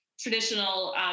traditional